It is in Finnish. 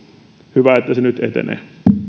hyvä että se nyt etenee